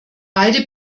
beide